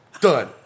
done